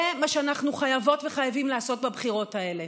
זה מה שאנחנו חייבות וחייבים לעשות בבחירות האלה.